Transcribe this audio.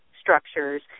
structures